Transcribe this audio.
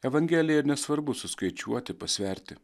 evangelija ir nesvarbu suskaičiuoti pasverti